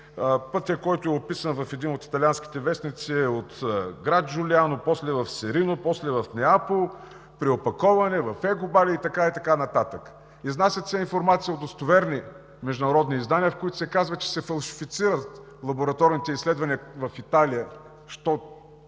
Пътят, който е описан в един от италианските вестници, е от град Джулиано, после в Серино, после в Неапол – преопаковане в екобали и така нататък. Изнасят се информации от достоверни международни издания, в които се казва, че се фалшифицират лабораторните изследвания в Италия – що за